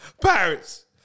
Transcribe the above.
Pirates